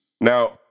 Now